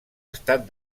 estat